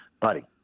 buddy